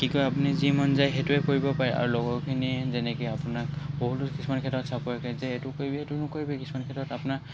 কি কয় আপুনি যি মন যায় সেইটোৱে কৰিব পাৰে আৰু লগৰখিনিয়ে যেনেকৈ আপোনাক বহুতো কিছুমান ক্ষেত্ৰত ছাপ'ৰ্ট কৰে যে এইটো কৰিবি সেইটো নকৰিবি কিছুমান ক্ষেত্ৰত আপোনাৰ